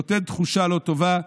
נותן תחושה לא טובה.